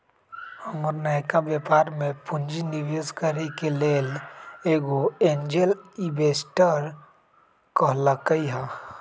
हमर नयका व्यापर में पूंजी निवेश करेके लेल एगो एंजेल इंवेस्टर कहलकै ह